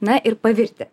na ir pavirti